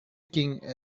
king